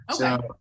Okay